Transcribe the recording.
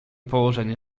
położenie